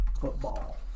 football